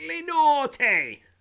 naughty